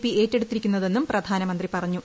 P ഏറ്റെടുത്തിരിക്കുന്നതെന്നും പ്രധാനമന്ത്രി പറഞ്ഞു